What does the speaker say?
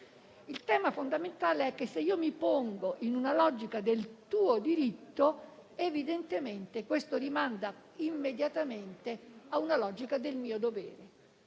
Il tema fondamentale è che, se mi pongo in una logica del "tuo diritto", evidentemente ciò rimanda immediatamente a una logica del "mio dovere".